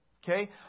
Okay